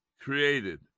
created